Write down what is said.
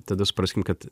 tada supraskim kad